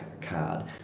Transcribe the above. card